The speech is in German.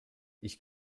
ich